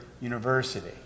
University